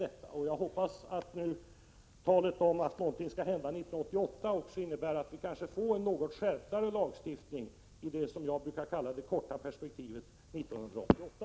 Jag hoppas nu att talet om att något skall hända 1988 också innebär att vi får en skärpning av lagstiftningen i det som jag brukar kalla det korta perspektivet, 1988.